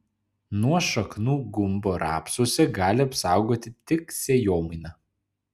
nuo šaknų gumbo rapsuose gali apsaugoti tik sėjomaina